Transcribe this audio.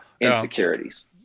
insecurities